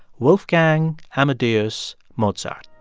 wolfgang amadeus mozart